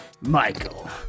Michael